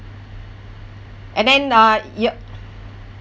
and then uh your